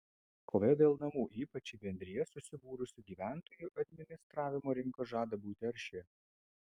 kova dėl namų ypač į bendrijas susibūrusių gyventojų administravimo rinkos žada būti arši